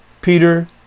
Peter